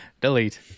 Delete